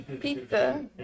Pizza